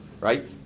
Right